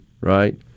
right